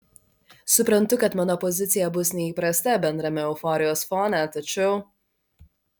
suprantu kad mano pozicija bus neįprasta bendrame euforijos fone tačiau